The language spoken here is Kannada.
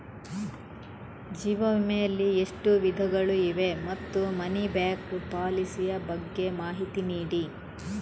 ಜೀವ ವಿಮೆ ಯಲ್ಲಿ ಎಷ್ಟು ವಿಧಗಳು ಇವೆ ಮತ್ತು ಮನಿ ಬ್ಯಾಕ್ ಪಾಲಿಸಿ ಯ ಬಗ್ಗೆ ಮಾಹಿತಿ ನೀಡಿ?